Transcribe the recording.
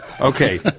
Okay